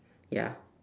ya